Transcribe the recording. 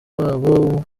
wabo